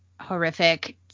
horrific